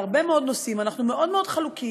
בהרבה מאוד נושאים אנחנו מאוד מאוד חלוקים,